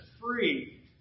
free